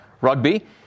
rugby